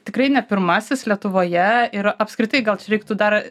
tikrai ne pirmasis lietuvoje ir apskritai gal čia reiktų dar